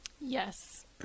Yes